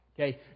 Okay